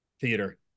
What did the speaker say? theater